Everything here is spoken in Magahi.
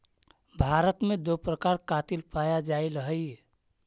भारत में दो प्रकार कातिल पाया जाईल हई